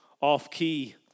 off-key